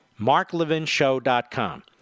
marklevinshow.com